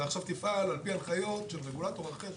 עכשיו תפעל על פי הנחיות של רגולטור אחר,